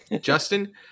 Justin